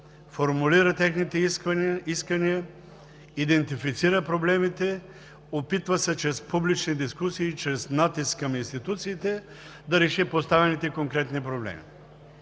формулира техните искания, идентифицира проблемите, опитва се чрез публични дискусии и чрез натиск към институциите да реши поставените конкретни проблеми.